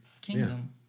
kingdom